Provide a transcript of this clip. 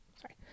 Sorry